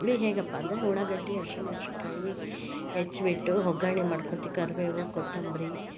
ಹುಳಿ ಹೇಗಪ್ಪಾ ಅಂದರೆ ಉಳಾಗಡ್ಡಿ ಹಶಿಮೆಣ್ಶಿನ್ಕಾಯಿ ಹೆಚ್ಬಿಟ್ಟು ಒಗ್ಗರಣೆ ಮಾಡ್ಕೊಳ್ತೀವಿ ಕರಿಬೇವು ಕೊತ್ತಂಬರಿ